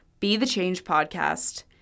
bethechangepodcast